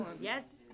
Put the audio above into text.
Yes